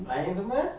lain semua